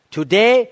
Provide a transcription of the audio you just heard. Today